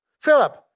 Philip